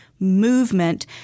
movement